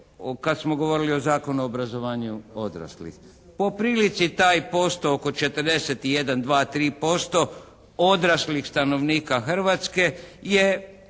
kad smo govorili o Zakonu o obrazovanju odraslih. Po prilici taj posto, oko 41, 42, 435 odraslih stanovnika Hrvatske je